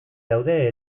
daude